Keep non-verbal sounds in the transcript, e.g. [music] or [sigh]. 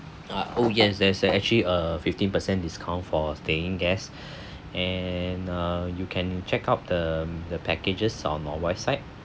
uh oh yes there's a actually a fifteen percent discount for staying guests [breath] and uh you can check out the the packages on our website